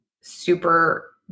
super